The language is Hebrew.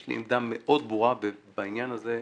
יש לי עמדה מאוד ברורה בעניין הזה.